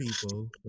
people